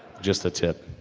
just the tip.